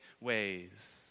ways